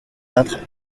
peintre